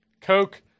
Coke